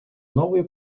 новые